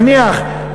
נניח,